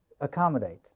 Accommodate